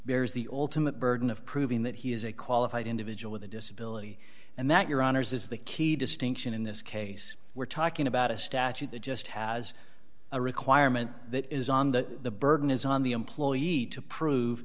bears the ultimate burden of proving that he is a qualified individual with a disability and that your honour's is the key distinction in this case we're talking about a statute that just has a requirement that is on the burden is on the employee to prove